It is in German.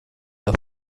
der